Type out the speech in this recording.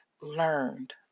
learned